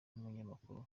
nk’umunyamakuru